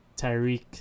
Tyreek